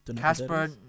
Casper